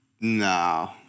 No